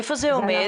איפה זה עומד?